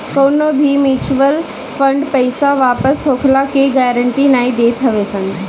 कवनो भी mutual fund पईसा वापस होखला के गारंटी नाइ देत हवे सन